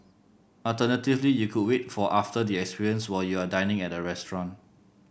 alternatively you could wait for after the experience while you are dining at a restaurant